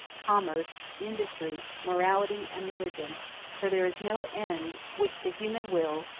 commerce, industry, morality, and religion for there is no end which the human will,